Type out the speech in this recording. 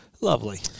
Lovely